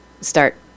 start